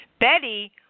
Betty